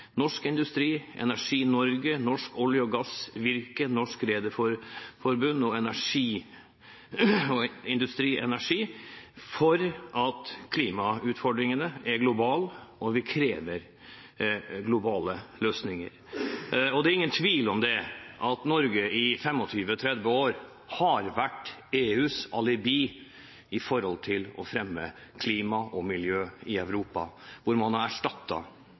Norsk Industri, Energi Norge, Norsk olje og gass, Virke, Norsk Rederiforbund og Industri Energi for at klimautfordringene er globale – og vi krever globale løsninger. Det er ingen tvil om at Norge i 25–30 år har vært EUs alibi for å fremme klima og miljø i Europa, hvor man har